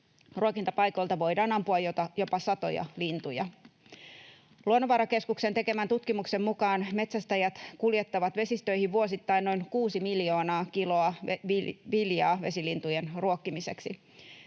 ruokintapaikoilta voidaan ampua jopa satoja lintuja. Luonnonvarakeskuksen tekemän tutkimuksen mukaan metsästäjät kuljettavat vesistöihin vuosittain noin kuusi miljoonaa kiloa viljaa vesilintujen ruokkimiseksi.